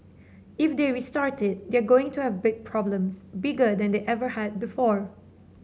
if they restart it they're going to have big problems bigger than they ever had before